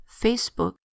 Facebook